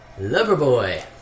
Loverboy